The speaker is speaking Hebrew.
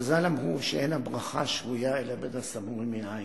חז"ל אמרו שאין הברכה שרויה אלא בדבר הסמוי מן העין.